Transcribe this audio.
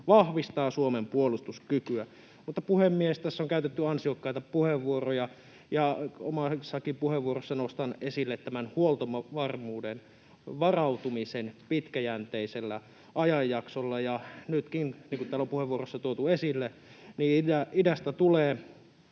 vahvistaa Suomen puolustuskykyä. Puhemies! Tässä on käytetty ansiokkaita puheenvuoroja, ja omassakin puheenvuorossani nostan esille tämän huoltovarmuuden, varautumisen pitkäjänteisellä ajanjaksolla. Ja nytkin, niin kuin täällä on puheenvuoroissa tuotu esille, idästä tulee